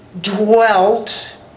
dwelt